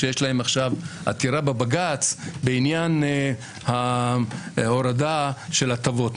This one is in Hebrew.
שיש להם עכשיו עתירה בבג"ץ בעניין ההורדה של הטבות מסוימות,